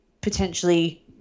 potentially